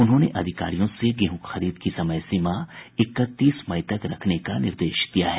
उन्होंने अधिकारियों से गेहूं खरीद की समय सीमा इकतीस मई तक रखने का निर्देश दिया है